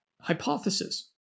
Hypothesis